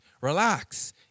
Relax